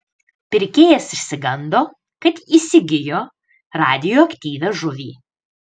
pirkėjas išsigando kad įsigijo radioaktyvią žuvį